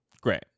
Great